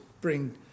bring